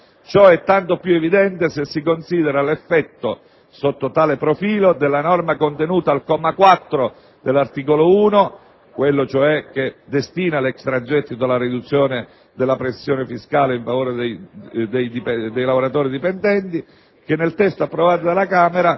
Ciò è tanto più evidente se si considera l'effetto, sotto tale profilo, della norma contenuta al comma 4 dell'articolo 1 (quello, cioè, che destina l'extragettito alla riduzione della pressione fiscale in favore dei lavoratori dipendenti), che nel testo approvato dalla Camera,